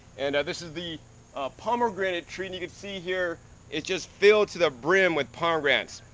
and this is the pomegranate tree and you can see here it's just filled to the brim with pomegranates.